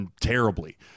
terribly